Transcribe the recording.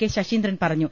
K Saseendran പറഞ്ഞു